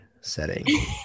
setting